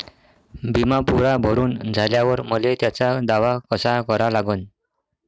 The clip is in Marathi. बिमा पुरा भरून झाल्यावर मले त्याचा दावा कसा करा लागन?